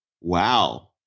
wow